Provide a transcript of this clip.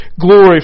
glory